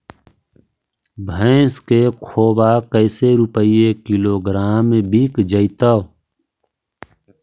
भैस के खोबा कैसे रूपये किलोग्राम बिक जइतै?